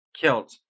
Killed